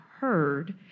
heard